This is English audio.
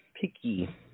picky